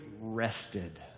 rested